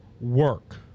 work